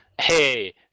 Hey